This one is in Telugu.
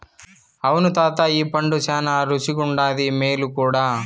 అవును తాతా ఈ పండు శానా రుసిగుండాది, మేలు కూడా